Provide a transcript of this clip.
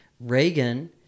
Reagan